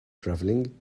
travelling